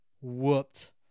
whooped